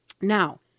Now